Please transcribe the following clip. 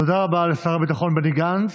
תודה רבה לשר הביטחון בני גנץ.